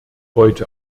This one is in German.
heute